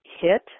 hit